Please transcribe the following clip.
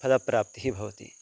फलप्राप्तिः भवति